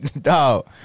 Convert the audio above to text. Dog